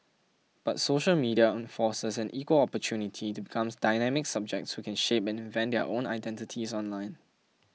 but social media enforces an equal opportunity to becomes dynamic subjects who can shape and invent their own identities online